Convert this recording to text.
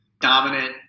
dominant